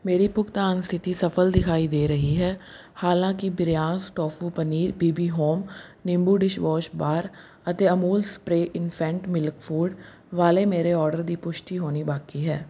ਮੇਰੀ ਭੁਗਤਾਨ ਸਥਿਤੀ ਸਫ਼ਲ ਦਿਖਾਈ ਦੇ ਰਹੀ ਹੈ ਹਾਲਾਂਕਿ ਬ੍ਰਿਯਾਸ ਟੋਫੂ ਪਨੀਰ ਬੀਬੀ ਹੋਮ ਨਿੰਬੂ ਡਿਸ਼ਵਾਸ਼ ਬਾਰ ਅਤੇ Amul spray infant milk food ਵਾਲੇ ਮੇਰੇ ਆਰਡਰ ਦੀ ਪੁਸ਼ਟੀ ਹੋਣੀ ਬਾਕੀ ਹੈ